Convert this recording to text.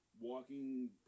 walking